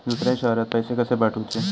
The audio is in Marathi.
दुसऱ्या शहरात पैसे कसे पाठवूचे?